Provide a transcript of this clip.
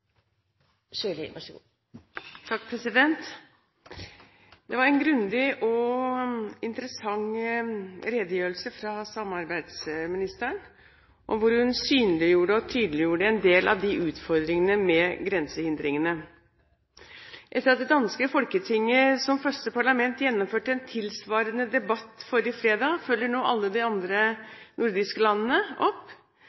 var en grundig og interessant redegjørelse fra samarbeidsministeren, hvor hun synliggjorde og tydeliggjorde en del av utfordringene når det gjelder grensehindringer. Etter at det danske Folketinget, som første parlament, gjennomførte en tilsvarende debatt forrige fredag, følger nå alle de